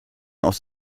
aus